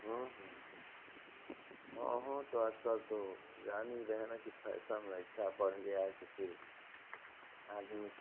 हाँ हाँ तो आज कल तो जान ही गए हैं न कि फैसन ऐसा बढ़ गया है कि फिर आदमी